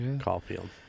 Caulfield